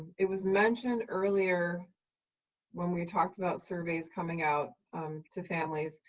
it was mentioned earlier when we talked about surveys coming out to families,